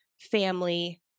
family